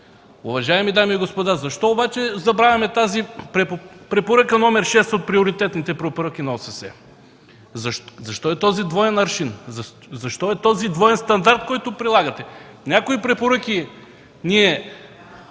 Уважаеми дами и господа, защо обаче забравяме тази Препоръка № 6 от Приоритетните препоръки на ОССЕ? Защо е този двоен аршин, защо е този двоен стандарт, който прилагате? Някои препоръки ние